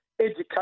education